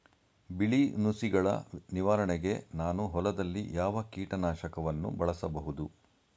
ಬಿಳಿ ನುಸಿಗಳ ನಿವಾರಣೆಗೆ ನಾನು ಹೊಲದಲ್ಲಿ ಯಾವ ಕೀಟ ನಾಶಕವನ್ನು ಬಳಸಬಹುದು?